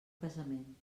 casament